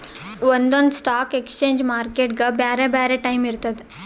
ಒಂದೊಂದ್ stock exchange ಮಾರ್ಕೆಟ್ಗ್ ಬ್ಯಾರೆ ಬ್ಯಾರೆ ಟೈಮ್ ಇರ್ತದ್